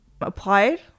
applied